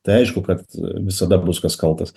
tai aišku kad visada bus kas kaltas